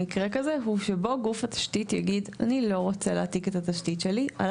שבו גוף התשתית יגיד: ״אני לא רוצה להעתיק את התשתית.״